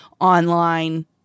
online